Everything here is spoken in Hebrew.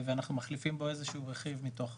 ואנחנו מחליפים בו איזה שהוא רכיב מתוך